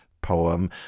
poem